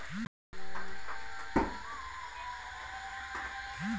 কোন পদ্ধতিতে চাষ করলে ফসল ভালো হয়?